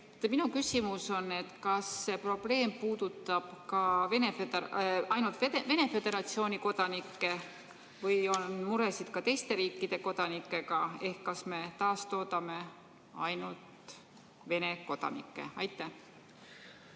Minu küsimus on, kas see probleem puudutab ainult Venemaa Föderatsiooni kodanikke või on muresid ka teiste riikide kodanikega. Kas me taastoodame ainult Venemaa kodanikke? Aitäh